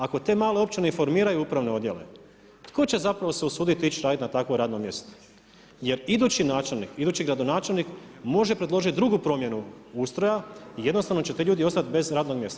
Ako te male općine i formiraju upravne odjele tko će se usuditi ići raditi na takvo radno mjesto jer idući načelnik, idući gradonačelnik može predložiti drugu promjenu ustroja i jednostavno će ti ljudi ostati bez radnog mjesta.